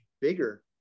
bigger